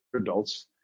adults